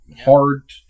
hard